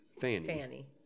Fanny